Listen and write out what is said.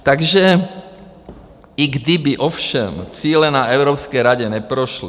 Takže i kdyby ovšem cíle na Evropské radě neprošly...